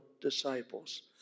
disciples